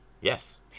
Yes